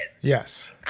Yes